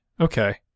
Okay